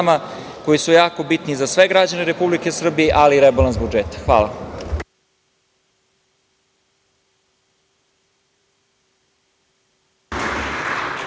koji su jako bitni za sve građane Republike Srbije, ali i rebalans budžeta. Hvala.